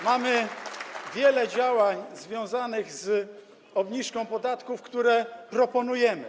Mamy wiele działań związanych z obniżką podatków, które proponujemy.